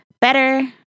better